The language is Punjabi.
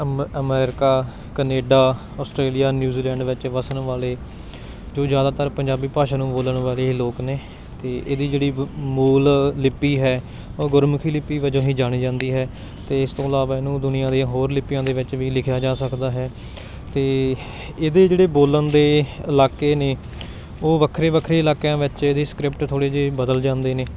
ਅਮ ਅਮੈਰੀਕਾ ਕਨੇਡਾ ਅਸਟ੍ਰੇਲੀਆ ਨਿਊਜ਼ੀਲੈਂਡ ਵਿੱਚ ਵਸਣ ਵਾਲੇ ਜੋ ਜ਼ਿਆਦਾਤਰ ਪੰਜਾਬੀ ਭਾਸ਼ਾ ਨੂੰ ਬੋਲਣ ਵਾਲੇ ਲੋਕ ਨੇ ਅਤੇ ਇਹਦੀ ਜਿਹੜੀ ਵ ਮੂਲ ਲਿਪੀ ਹੈ ਉਹ ਗੁਰਮੁਖੀ ਲਿਪੀ ਵਜੋਂ ਹੀ ਜਾਣੀ ਜਾਂਦੀ ਹੈ ਅਤੇ ਇਸ ਤੋਂ ਇਲਾਵਾ ਇਹਨੂੰ ਦੁਨੀਆ ਦੀਆਂ ਹੋਰ ਲਿਪੀਆਂ ਦੇ ਵਿੱਚ ਵੀ ਲਿਖਿਆ ਜਾ ਸਕਦਾ ਹੈ ਅਤੇ ਇਹਦੇ ਜਿਹੜੇ ਬੋਲਣ ਦੇ ਇਲਾਕੇ ਨੇ ਉਹ ਵੱਖਰੇ ਵੱਖਰੇ ਇਲਾਕਿਆਂ ਵਿੱਚ ਇਹਦੀ ਸਕ੍ਰਿਪਟ ਥੋੜ੍ਹੀ ਜਿਹੀ ਬਦਲ ਜਾਂਦੀ ਨੇ